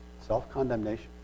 self-condemnation